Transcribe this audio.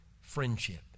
friendship